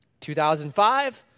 2005